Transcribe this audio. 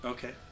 Okay